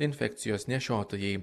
infekcijos nešiotojai